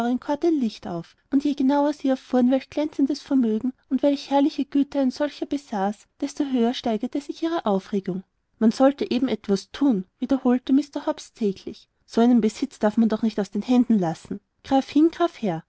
ein licht auf und je genauer sie erfuhren welch glänzendes vermögen und welch herrliche güter ein solcher besaß desto höher steigerte sich ihre aufregung man sollte eben etwas thun wiederholte mr hobbs täglich so einen besitz darf man doch nicht aus den händen lassen graf hin graf her